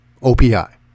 OPI